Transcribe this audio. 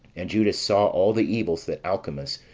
and judas saw all the evils that alcimus,